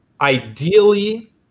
Ideally